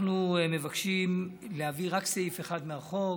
אנחנו מבקשים להביא רק סעיף אחד מהחוק,